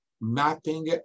mapping